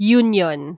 union